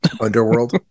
Underworld